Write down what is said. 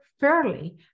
fairly